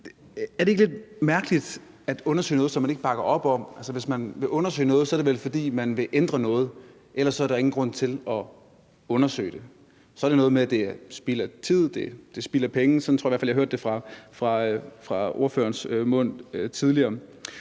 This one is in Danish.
Er det ikke lidt mærkeligt at undersøge noget, som man ikke bakker op om? Hvis man vil undersøge noget, er det vel, fordi man vil ændre noget? Ellers er der ingen grund til at undersøge det. Så er det noget med, at det er spild af tid, det er spild af penge – sådan tror jeg i hvert fald jeg hørte det fra ordførerens mund tidligere.